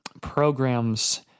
programs